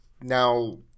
now